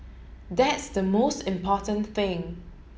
that's the most important thing